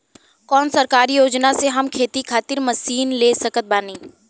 कौन सरकारी योजना से हम खेती खातिर मशीन ले सकत बानी?